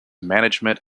management